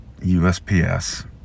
USPS